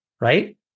right